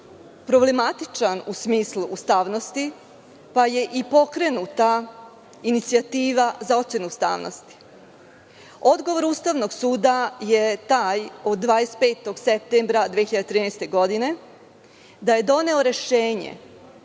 problematičan u smislu ustavnosti, pa je i pokrenuta inicijativa za ocenu ustavnosti. Odgovor Ustavnog suda je taj od 25. septembra 2013. godine, da je doneo rešenje